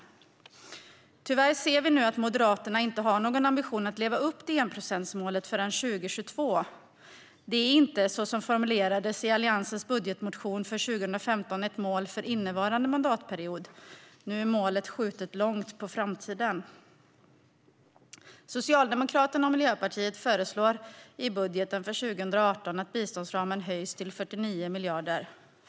Tyvärr ser vi nu att Moderaterna inte har någon ambition att leva upp till enprocentsmålet förrän 2022. Detta är inte, såsom formulerades i Alliansens budgetmotion för 2015, ett mål för innevarande mandatperiod. Nu är målet skjutet långt på framtiden. Socialdemokraterna och Miljöpartiet föreslår i budgeten för 2018 att biståndsramen höjs till 49 miljarder.